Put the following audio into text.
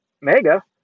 mega